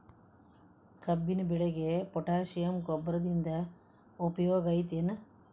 ಕಬ್ಬಿನ ಬೆಳೆಗೆ ಪೋಟ್ಯಾಶ ಗೊಬ್ಬರದಿಂದ ಉಪಯೋಗ ಐತಿ ಏನ್?